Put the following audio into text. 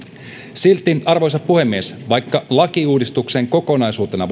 silti arvoisa puhemies vaikka lakiuudistukseen kokonaisuutena